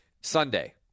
Sunday